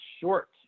short